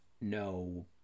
no